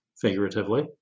figuratively